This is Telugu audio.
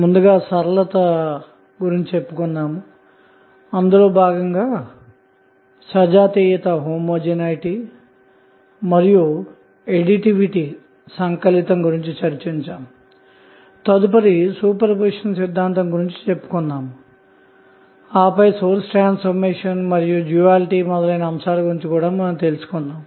ముందుగా సర్క్యూట్ సరళత గురించి చెప్పుకొన్నాము అందులో భాగంగా సజాతీయత మరియు సంకలితం గురించి చర్చించాము తదుపరి సూపర్పొజిషన్ సిద్దాంతం గురించి చెప్పుకొన్నాము ఆ పై సోర్స్ ట్రాన్సఫార్మేషన్ మరియు డ్యూయాలిటీ మొదలగు అంశాలు గురించి తెలుసుకున్నాము